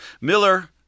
Miller